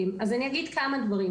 אני אגיד כמה דברים.